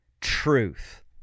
truth